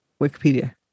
Wikipedia